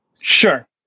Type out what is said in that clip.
Sure